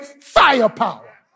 firepower